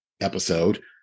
episode